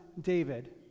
David